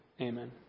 Amen